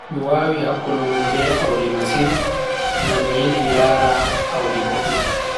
Mi wawi hakkulungo be audi masin, ngam mi yidi mi lara audi boddum.